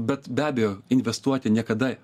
bet be abejo investuoti niekada